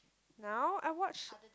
now I watch